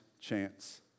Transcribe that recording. chance